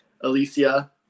Alicia